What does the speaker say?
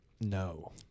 No